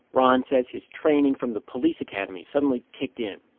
ron says his training from the police academy suddenly kicked in.